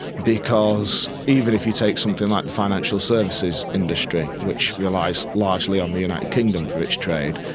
because even if you take something like the financial services industry, which relies largely on the united kingdom for its trade,